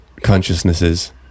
consciousnesses